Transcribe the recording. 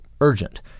urgent